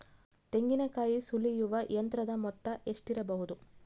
ತೆಂಗಿನಕಾಯಿ ಸುಲಿಯುವ ಯಂತ್ರದ ಮೊತ್ತ ಎಷ್ಟಿರಬಹುದು?